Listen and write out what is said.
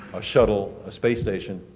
a shuttle, a space station.